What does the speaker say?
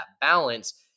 balance